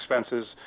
expenses